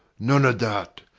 none of that.